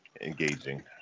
engaging